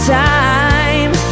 time